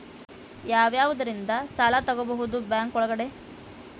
ಯಾವ್ಯಾವುದರಿಂದ ಸಾಲ ತಗೋಬಹುದು ಬ್ಯಾಂಕ್ ಒಳಗಡೆ?